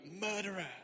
Murderer